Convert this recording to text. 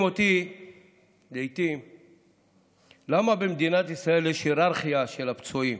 אותי למה במדינת ישראל יש היררכיה של הפצועים,